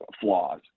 flaws